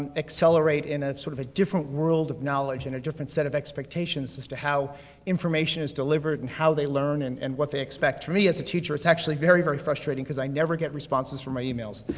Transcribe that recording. and accelerate in sort of a different world of knowledge, and a different set of expectations as to how information is delivered, and how they learn and and what they expect. for me, as a teacher, it's actually very, very frustrating because i never get responses from my emails.